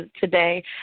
today